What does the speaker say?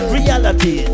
Reality